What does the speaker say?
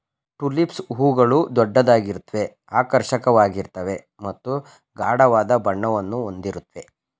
tulips ಹೂಗಳು ದೊಡ್ಡದಾಗಿರುತ್ವೆ ಆಕರ್ಷಕವಾಗಿರ್ತವೆ ಮತ್ತು ಗಾಢವಾದ ಬಣ್ಣವನ್ನು ಹೊಂದಿರುತ್ವೆ